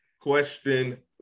question